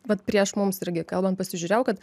vat prieš mums irgi kalbant pasižiūrėjau kad